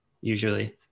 usually